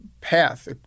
path